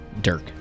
Dirk